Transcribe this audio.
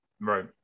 Right